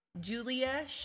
Julia